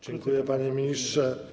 Dziękuję, panie ministrze.